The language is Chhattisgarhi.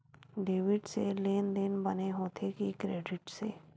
डेबिट से लेनदेन बने होथे कि क्रेडिट से?